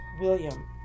William